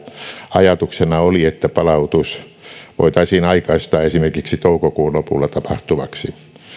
ajatuksena oli että palautus voitaisiin aikaistaa esimerkiksi toukokuun lopulla tapahtuvaksi